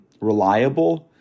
reliable